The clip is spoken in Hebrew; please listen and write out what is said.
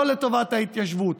לא לטובת ההתיישבות,